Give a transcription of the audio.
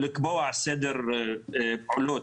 ולקבוע סדר פעולות: